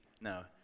No